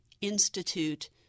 Institute